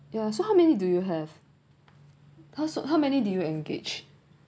yeah so how many do you have how so how many do you engaged